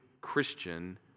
Christian